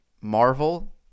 Marvel